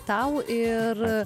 tau ir